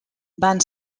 van